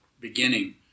beginning